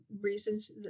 reasons